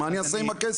מה אני אעשה עם הכסף?